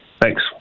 Thanks